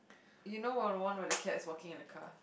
you know where the one with the cats walking at the car